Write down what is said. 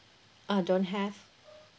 uh don't have